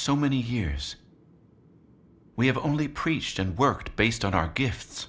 so many years we have only preached and worked based on our gifts